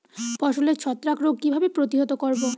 ফসলের ছত্রাক রোগ কিভাবে প্রতিহত করব?